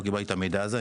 לא קיבלתי את המידע הזה,